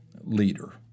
leader